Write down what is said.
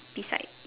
beside